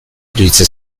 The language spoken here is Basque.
iruditzen